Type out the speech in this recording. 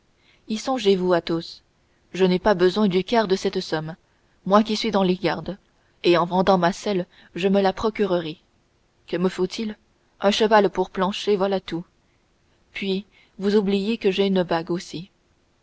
y songez-vous athos je n'ai pas besoin du quart de cette somme moi qui suis dans les gardes et en vendant ma selle je me la procurerai que me faut-il un cheval pour planchet voilà tout puis vous oubliez que j'ai une bague aussi